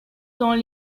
dans